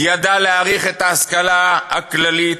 ידע להעריך את ההשכלה הכללית,